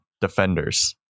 defenders